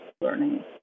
learning